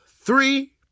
three